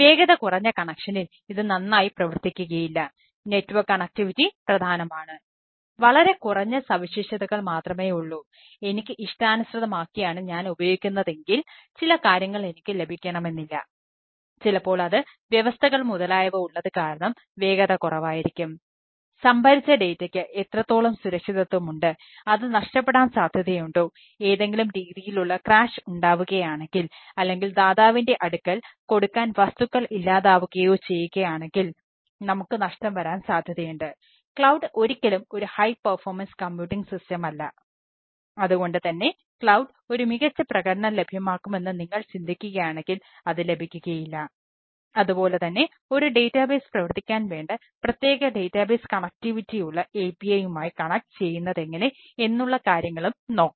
വേഗത കുറഞ്ഞ കണക്ഷനിൽ ഇത് നന്നായി പ്രവർത്തിക്കുകയില്ല നെറ്റ്വർക്ക് കണക്റ്റിവിറ്റി ചെയ്യുന്നതെങ്ങനെ എന്നുള്ള കാര്യങ്ങളും നോക്കണം